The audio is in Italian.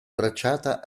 bracciata